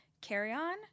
carry-on